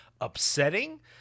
upsetting